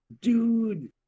Dude